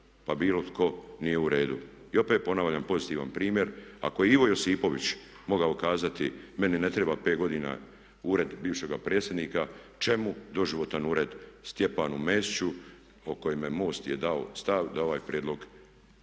pa bilo tko nije u redu. I opet ponavljam pozitivan primjer, ako Ivo Josipović mogao kazati meni ne treba pet godina ured bivšega predsjednika, čemu doživotan ured Stjepanu Mesiću o kome je MOST dao stav da ovaj prijedlog